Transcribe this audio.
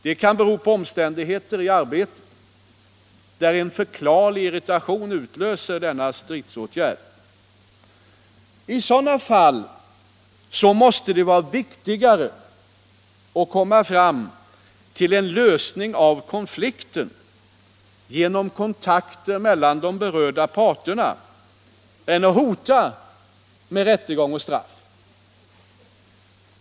Det kan bero på omständigheter i arbetet; en förklarlig irritation utlöser denna stridsåtgärd. I sådana fall måste det vara viktigare att komma fram till en lösning av konflikten genom kontakter mellan de berörda parterna än att hota med rättegång och straff.